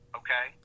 okay